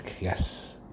yes